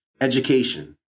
Education